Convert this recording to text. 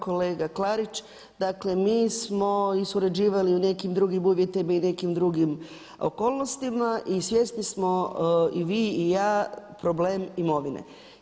Kolega Klarić, dakle mi smo i surađivali u nekim drugim uvjetima i u nekim drugim okolnostima i svjesni mo i vi i ja problem imovine.